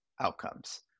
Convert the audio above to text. outcomes